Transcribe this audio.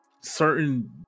certain